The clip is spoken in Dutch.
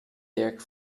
dirk